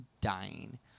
dying